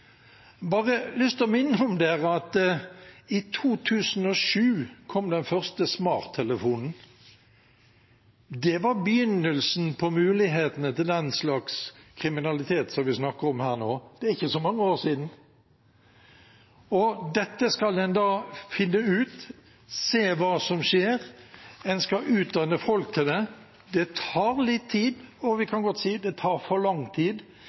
lyst til å minne om at i 2007 kom den første smarttelefonen. Det var begynnelsen på mulighetene til den slags kriminalitet som vi snakker om her nå. Det er ikke så mange år siden. Og dette skal en da finne ut, se hva som skjer, en skal utdanne folk til det. Det tar litt tid, og vi kan godt si: Det tar for lang tid.